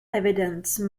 evidence